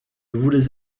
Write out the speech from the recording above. voulais